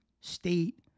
state